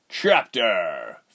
Chapter